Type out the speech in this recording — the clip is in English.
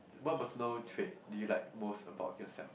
what personal trait do you like most about yourself